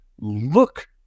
look